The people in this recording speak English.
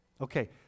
Okay